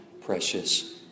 precious